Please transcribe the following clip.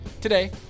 Today